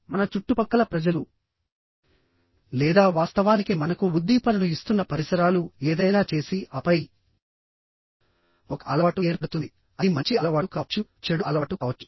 మన చుట్టుపక్కల ప్రజలులేదా వాస్తవానికి మనకు ఉద్దీపన ను ఇస్తున్న పరిసరాలు ఏదైనా చేసి ఆపై ఒక అలవాటు ఏర్పడుతుంది అది మంచి అలవాటు కావచ్చు చెడు అలవాటు కావచ్చు